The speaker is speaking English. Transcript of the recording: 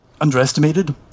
underestimated